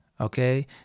Okay